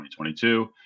2022